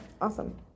awesome